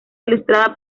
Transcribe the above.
ilustrada